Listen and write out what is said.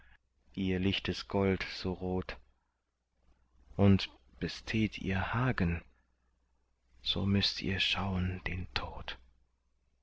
ihr lichtes gold so rot und besteht ihr hagen so müßt ihr schauen den tod